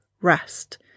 rest